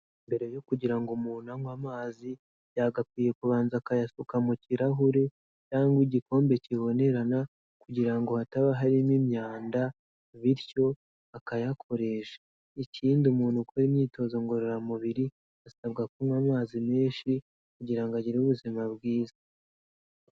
Mbere yo kugira ngo umuntu anywe amazi yagakwiye kubanza akayasuka mu kirahure cyangwa igikombe kibonerana kugira ngo hataba harimo imyanda bityo akayakoresha, ikindi umuntu ukora imyitozo ngororamubiri asabwa kunywa amazi menshi kugira ngo agire ubuzima bwiza.